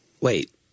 Wait